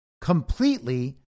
completely